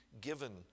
given